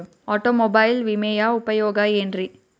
Automobile ವಿಮೆಯ ಉಪಯೋಗ ಏನ್ರೀ?